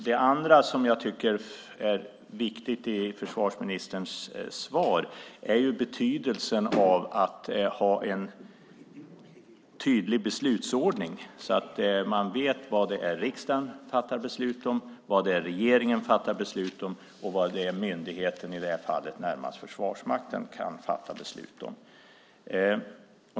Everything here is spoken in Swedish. Det andra som jag tycker är viktigt i försvarsministerns svar är betydelsen av att ha en tydlig beslutsordning så att man vet vad riksdagen fattar beslut om, vad regeringen fattar beslut om och vad myndigheten, i det här fallet närmast Försvarsmakten, kan fatta beslut om.